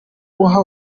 uha